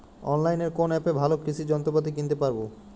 অনলাইনের কোন অ্যাপে ভালো কৃষির যন্ত্রপাতি কিনতে পারবো?